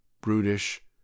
brutish